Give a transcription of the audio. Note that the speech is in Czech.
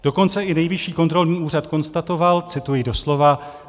Dokonce i Nejvyšší kontrolní úřad konstatoval cituji doslova: